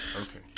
Okay